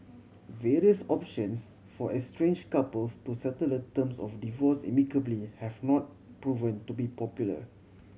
various options for estrange couples to settle the terms of divorce amicably have not proven to be popular